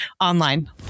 online